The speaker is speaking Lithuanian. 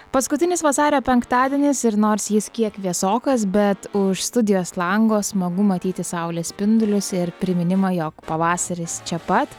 paskutinis vasario penktadienis ir nors jis kiek vėsokas bet už studijos lango smagu matyti saulės spindulius ir priminimą jog pavasaris čia pat